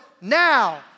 now